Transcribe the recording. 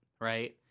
Right